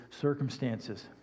circumstances